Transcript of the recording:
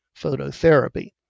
phototherapy